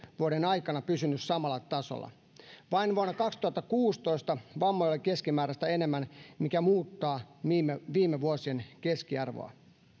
vuoden aikana pysynyt samalla tasolla vain vuonna kaksituhattakuusitoista vammoja oli keskimääräistä enemmän mikä muuttaa viime vuosien keskiarvoa